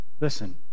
listen